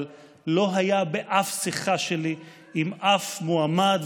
אבל לא היה באף שיחה שלי עם אף מועמד,